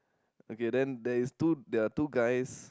okay then there is two they're two guys